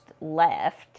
left